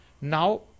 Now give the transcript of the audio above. now